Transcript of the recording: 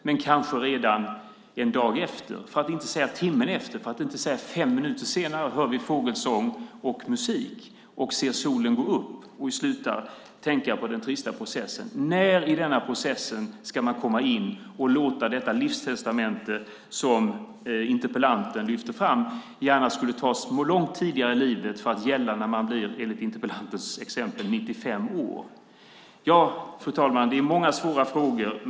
Men kanske redan en dag efter, för att inte säga timmen efter, för att inte säga fem minuter senare hör vi fågelsång och musik, ser solen gå upp och slutar tänka på den trista processen. När i denna process ska man komma in med detta livstestamente? Interpellanten lyfte fram att det gärna skulle ske långt tidigare i livet för att gälla när man blir, enligt interpellantens exempel, 95 år. Fru talman! Det är många svåra frågor.